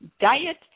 diet